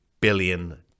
billion